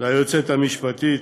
ליועצת המשפטית,